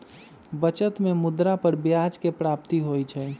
बचत में मुद्रा पर ब्याज के प्राप्ति होइ छइ